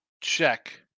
Check